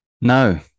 no